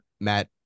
matt